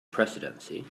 presidency